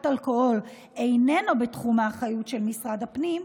אלכוהול איננו בתחום האחריות של משרד הפנים,